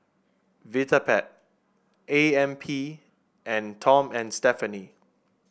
Vitapet A M P and Tom and Stephanie